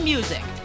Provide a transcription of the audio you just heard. Music